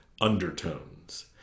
undertones